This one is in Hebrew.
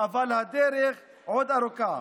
תודה רבה.